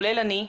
כולל אני,